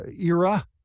era